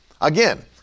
Again